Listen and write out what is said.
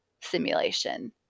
simulation